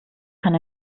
kann